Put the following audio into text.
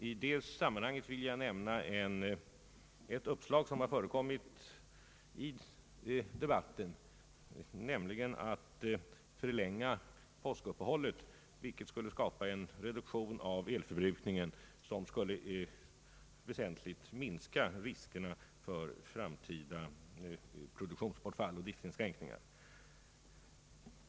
I detta sammanhang vill jag nämna ett uppslag som förekommit i debatten, nämligen att förlänga påskuppehållet, vilket skulle skapa en reduktion av elförbrukningen som väsentligen kunde minska riskerna för framtida produk tionsbortfall och driftinskränkningar.